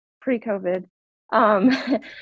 pre-COVID